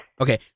Okay